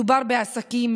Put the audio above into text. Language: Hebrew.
מדובר בעסקים,